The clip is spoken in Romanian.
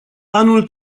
anul